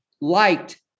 liked